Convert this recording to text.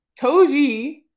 Toji